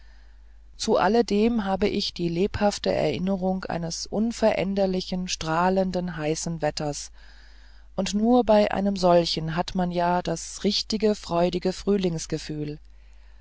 zu alledem habe ich die lebhafte erinnerung eines unveränderlich strahlenden heißen wetters und nur bei einem solchen hat man ja das richtige freudige frühlingsgefühl